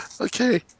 okay